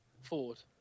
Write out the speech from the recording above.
Ford